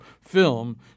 film